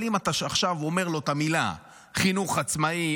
אבל אם אתה עכשיו אומר לו את המילים "חינוך עצמאי",